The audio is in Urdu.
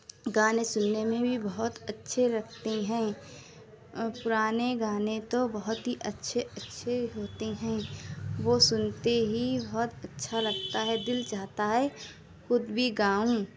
گانے سننے میں بھی بہت اچھے لگتے ہیں پرانے گانے تو بہت ہی اچھے اچھے ہوتے ہیں وہ سنتے ہی بہت اچھا لگتا ہے دل چاہتا ہے خود بھی گاؤں